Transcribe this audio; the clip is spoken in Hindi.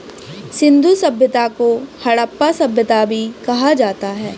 सिंधु सभ्यता को हड़प्पा सभ्यता भी कहा जाता है